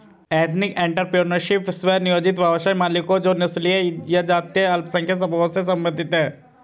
ethnic entrepreneurship, स्व नियोजित व्यवसाय मालिकों जो नस्लीय या जातीय अल्पसंख्यक समूहों से संबंधित हैं